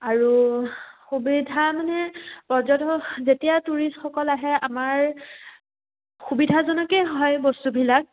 আৰু সুবিধা মানে পৰ্যটকসকল যেতিয়া টুৰিষ্টসকল আহে আমাৰ সুবিধাজনকেই হয় বস্তুবিলাক